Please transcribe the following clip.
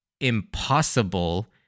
impossible